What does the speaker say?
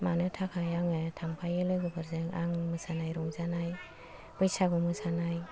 मानो थाखाय आङो थांफायो लोगोफोरजों आं मोसानाय रंजानाय बैसागु मोसानाय